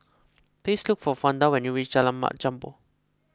please look for Fonda when you reach Jalan Mat Jambol